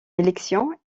élection